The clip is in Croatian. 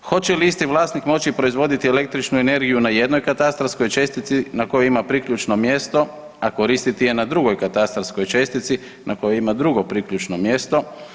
Hoće li isti vlasnik moći proizvoditi električnu energiju na jednoj katastarskoj čestici na kojoj ima priključno mjesto, a koristiti je na drugoj katastarskoj čestici na kojoj ima drugo priključno mjesto?